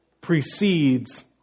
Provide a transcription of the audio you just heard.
precedes